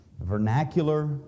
vernacular